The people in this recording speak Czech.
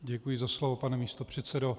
Děkuji za slovo, pane místopředsedo.